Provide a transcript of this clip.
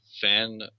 fan